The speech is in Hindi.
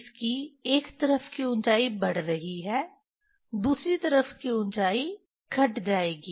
इसकी एक तरफ की ऊंचाई बढ़ रही है दूसरी तरफ की ऊंचाई घट जाएगी